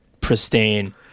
pristine